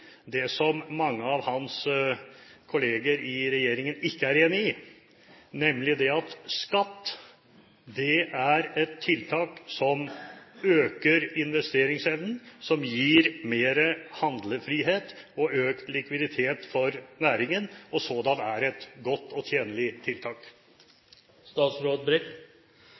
det som mange av hans kolleger i regjeringen ikke er enig i, nemlig det at skatt er et tiltak som øker investeringsevnen, som gir mer handlefrihet og økt likviditet for næringen, og som sådan er et godt og tjenlig tiltak.